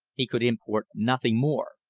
he could import nothing more.